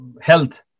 health